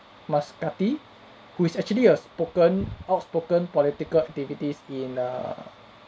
maskati who is actually a spoken outspoken political activities in err